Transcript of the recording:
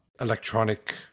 electronic